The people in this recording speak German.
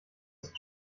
ist